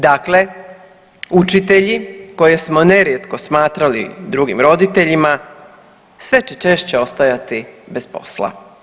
Dakle, učitelji koje smo nerijetkom smatrali drugim roditeljima sve će češće ostajati bez posla.